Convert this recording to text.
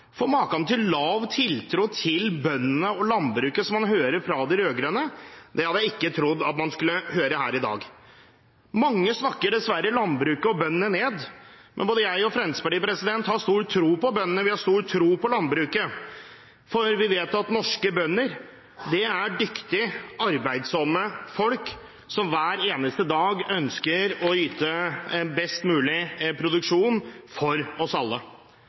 for maken til lav tiltro til bøndene og landbruket som man hører fra de rød-grønne, hadde jeg ikke trodd man skulle høre her i dag. Mange snakker dessverre landbruket og bøndene ned, men både jeg og Fremskrittspartiet har stor tro på bøndene, vi har stor tro på landbruket, for vi vet at norske bønder er dyktige og arbeidsomme folk, som hver eneste dag ønsker å yte best mulig produksjon for oss alle.